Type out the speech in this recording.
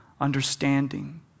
understanding